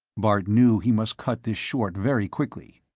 bart knew he must cut this short very quickly.